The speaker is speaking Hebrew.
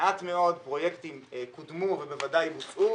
מעט מאוד פרויקטים קודמו ובוודאי בוצעו.